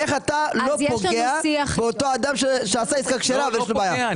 איך אתה לא פוגע באותו אדם שעשה עסקה כשרה ויש לו בעיה?